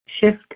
shift